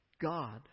God